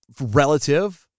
relative